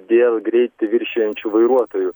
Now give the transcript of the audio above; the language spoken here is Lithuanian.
dėl greitį viršijančių vairuotojų